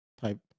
type